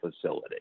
Facility